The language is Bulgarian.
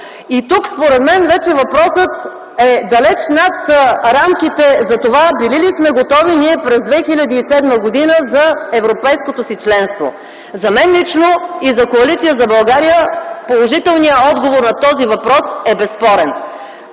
Тук, според мен, вече въпросът е далеч над рамките за това: през 2007 г. били ли сме готови за европейското си членство. За мен лично и за Коалиция за България положителният отговор на този въпрос е безспорен.